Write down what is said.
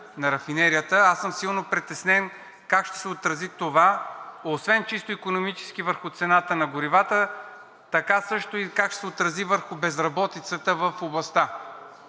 на рафинерията, аз съм силно притеснен как ще се отрази това освен чисто икономически върху цената на горивата, така също и как ще се отрази върху безработицата в областта.